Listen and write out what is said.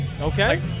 Okay